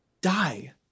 die